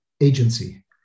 agency